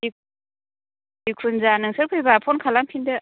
जि जिखुनजाया नोंसोर फैबा फन खालामफिनदो